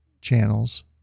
channels